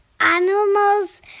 animals